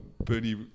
Bernie